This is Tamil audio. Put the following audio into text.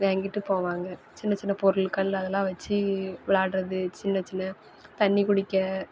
வாங்கிட்டு போவாங்க சின்ன சின்ன பொருள்கள் அதெல்லாம் வச்சி விளாடுறது சின்ன சின்ன தண்ணி குடிக்க